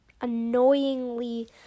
annoyingly